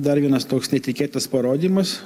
dar vienas toks netikėtas parodymas